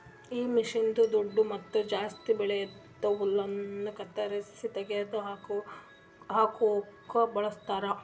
ಈ ಮಷೀನ್ನ್ನಿಂದ್ ದೊಡ್ಡು ಮತ್ತ ಜಾಸ್ತಿ ಬೆಳ್ದಿದ್ ಹುಲ್ಲನ್ನು ಕತ್ತರಿಸಿ ತೆಗೆದ ಹಾಕುಕ್ ಬಳಸ್ತಾರ್